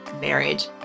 marriage